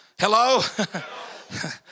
Hello